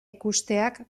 ikusteak